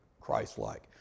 Christ-like